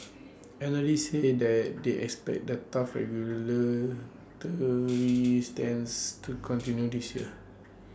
analysts say that they expect that tough stance to continue this year